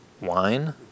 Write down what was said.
wine